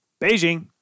Beijing